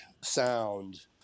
sound